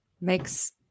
Makes